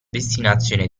destinazione